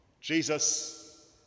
Jesus